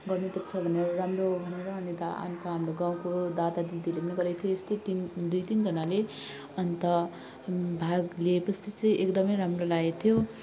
गर्नु पर्छ भनेर राम्रो हो भनेर अनि दादा हाम्रो गाउँको दादा दिदीहरूले पनि गरेको थियो यस्तै तिन दुई तिनजनाले अन्त भाग लिए पछि चाहिँ एकदम राम्रो लागेको थियो